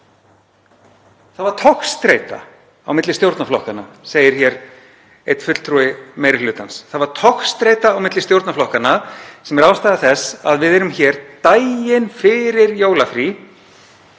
það var togstreita á milli stjórnarflokkanna, segir hér einn fulltrúi meiri hlutans, það var togstreita á milli stjórnarflokkanna sem er ástæða þess að við erum hér daginn fyrir jólafrí